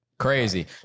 crazy